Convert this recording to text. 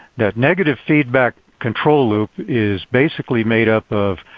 that negative feedback control loop is basically made up of,